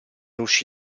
uscì